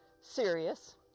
serious